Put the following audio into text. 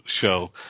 show